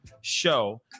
Show